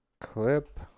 Clip